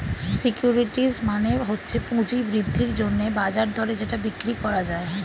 securities মানে হচ্ছে পুঁজি বৃদ্ধির জন্যে বাজার দরে যেটা বিক্রি করা যায়